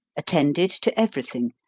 attended to every thing,